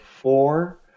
four